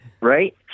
right